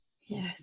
yes